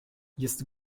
jest